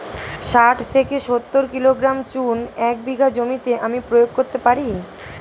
শাঠ থেকে সত্তর কিলোগ্রাম চুন এক বিঘা জমিতে আমি প্রয়োগ করতে পারি?